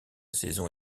saison